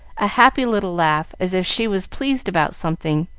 a happy little laugh, as if she was pleased about something,